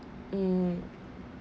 mm